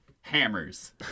Hammers